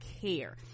care